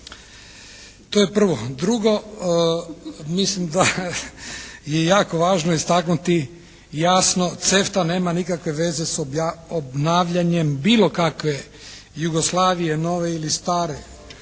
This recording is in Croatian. To je prvo. Drugo, mislim da je jako važno istaknuti jasno CEFTA nema nikakve veze s obnavljanjem bilo kakve Jugoslavije nove ili stare.